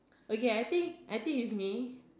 okay I think I think if me